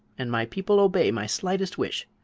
and my people obey my slightest wish.